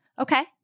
Okay